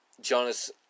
Jonas